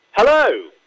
Hello